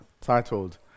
titled